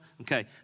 okay